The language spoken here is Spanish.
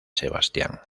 sebastián